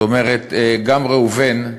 זאת אומרת, גם ראובן,